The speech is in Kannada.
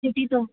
ಚೀಟಿ ತಗೋ